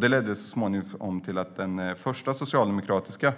Det ledde så småningom till att den första socialdemokratiska